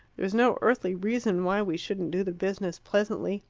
there's no earthly reason why we shouldn't do the business pleasantly.